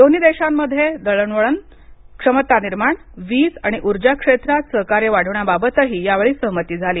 दोन्ही देशांमध्ये दळणवळण क्षमता निर्माण वीज आणि उर्जा क्षेत्रात सहकार्य वाढवण्याबाबतही यावेळी सहमती झाली